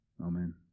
Amen